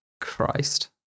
christ